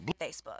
Facebook